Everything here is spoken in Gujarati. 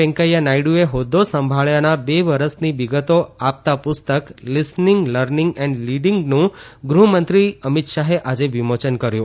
વૈકેંયા નાયડુએ હોદ્દો સંભાળ્યાના બે વરસની વિગતો આપતા પુસ્તક લિસનિંગ લત્નગ એન્ડ લીડીંગનું ગૃહમંત્રી અમિત શાહે આજે વિમોચન કર્યું